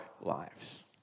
lives